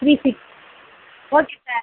three six okay sir